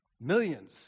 millions